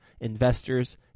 investors